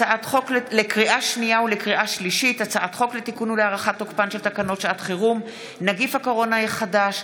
הצעת חוק לתיקון ולהארכת תוקפן של תקנות שעת חירום (נגיף הקורונה החדש)